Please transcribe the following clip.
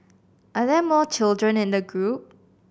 are there more children in the group